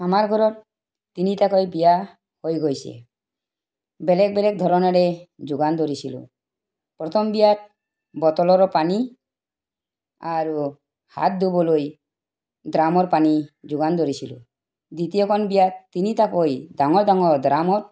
আমাৰ ঘৰত তিনিটাকৈ বিয়া হৈ গৈছে বেলেগ বেলেগ ধৰণেৰে যোগান ধৰিছিলো প্ৰথম বিয়াত বটলৰ পানী আৰু হাত ধুবলৈ ড্ৰামৰ পানী যোগান ধৰিছিলো দ্বিতীয়খন বিয়াত তিনিটাকৈ ডাঙৰ ডাঙৰ ড্ৰামত